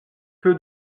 peu